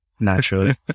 naturally